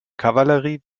kavallerie